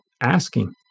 asking